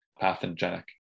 pathogenic